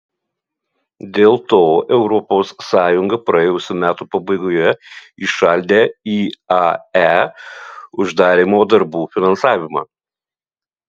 dėl to europos sąjunga praėjusių metų pabaigoje įšaldė iae uždarymo darbų finansavimą